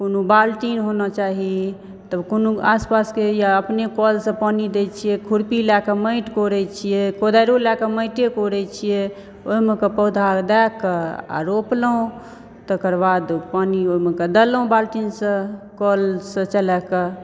कोनो बाल्टी होना चाही तब कोनो आसपासके या अपने कलसँ पानी दैत छियै खुरपी लयके माटि कोरैत छियै कोदारिओ लऽ कऽ माटिए कोरय छियै ओहिमे कऽ पौधा दयके आ रोपलहुँ तकर बाद पानी ओहिमे कऽ देलहुँ बाल्टीनसँ कलसँ चलाके